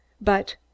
But